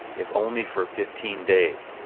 if only for fifteen days.